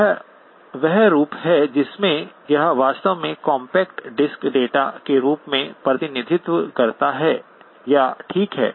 यह वह रूप है जिसमें यह वास्तव में कॉम्पैक्ट डिस्क डेटा के रूप में प्रतिनिधित्व करता है या ठीक है